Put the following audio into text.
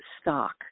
stock